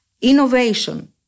Innovation